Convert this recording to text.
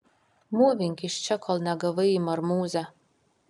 mūvink iš čia kol negavai į marmūzę